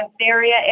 area